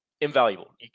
invaluable